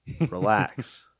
Relax